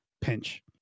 pinch